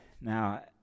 Now